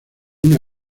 una